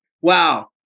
Wow